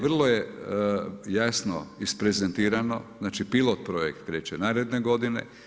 Vrlo je jasno isprezentirano, znači pilot projekt kreće naredne godine.